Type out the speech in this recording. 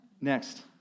next